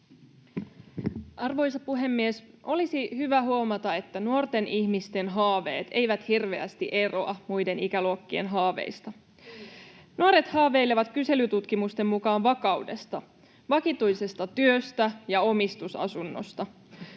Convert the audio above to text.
Arvoisa puhemies! Olisi hyvä huomata, että nuorten ihmisten haaveet eivät hirveästi eroa muiden ikäluokkien haaveista. Nuoret haaveilevat kyselytutkimusten mukaan vakaudesta, vakituisesta työstä ja omistusasunnosta.